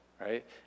right